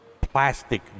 plastic